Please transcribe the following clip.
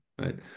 right